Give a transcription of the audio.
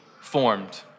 formed